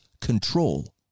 control